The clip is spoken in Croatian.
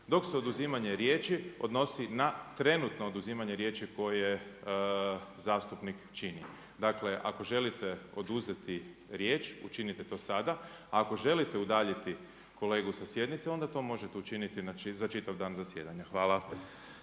Dok se oduzimanje riječi odnosi na trenutno oduzimanje riječi koje zastupnik čini. Dakle, ako želite oduzeti riječ učinite to sada, a ako želite udaljiti kolegu sa sjednice, onda to možete učiniti za čitav dan zasjedanja. Hvala.